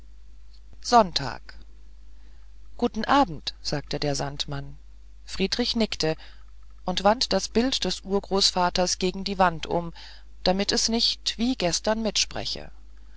sonntag guten abend sagte der sandmann friedrich nickte und wandte das bild des urgroßvaters gegen die wand um damit es nicht wie gestern mitspreche